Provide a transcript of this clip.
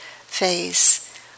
face